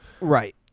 Right